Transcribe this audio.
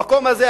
המקום הזה,